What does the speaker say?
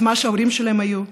את מה שההורים שלהם היו,